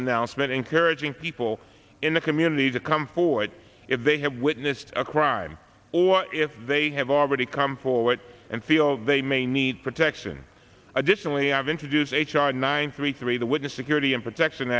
announcement encouraging people in the community to come forward if they have witnessed a crime or if they have already come forward and feel they may need protection additionally i've introduced h r nine three three the witness security and protect